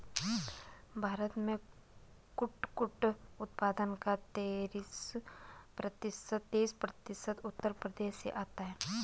भारत में कुटकुट उत्पादन का तेईस प्रतिशत उत्तर प्रदेश से आता है